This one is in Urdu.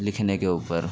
لکھنے کے اوپر